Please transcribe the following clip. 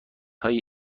های